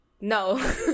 No